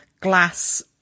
glass